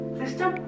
system